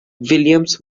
williams